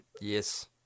Yes